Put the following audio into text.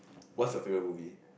what's your favourite movie